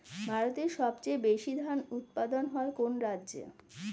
ভারতের সবচেয়ে বেশী ধান উৎপাদন হয় কোন রাজ্যে?